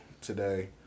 today